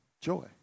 joy